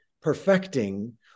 perfecting